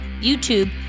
YouTube